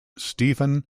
stephen